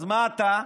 אז מה אתה?